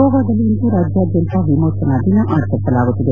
ಗೋವಾದಲ್ಲಿಂದು ರಾಜ್ಯಾದ್ಯಂತ ವಿಮೋಚನಾ ದಿನವನ್ನು ಆಚರಿಸಲಾಗುತ್ತಿದೆ